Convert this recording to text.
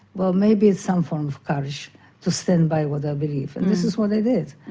well maybe it's some form of courage to stand by what i believe and this is what i did.